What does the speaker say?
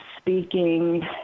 speaking